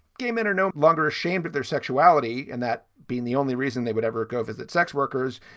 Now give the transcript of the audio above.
gay men are no longer ashamed of their sexuality. and that being the only reason they would ever go visit sex workers,